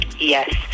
Yes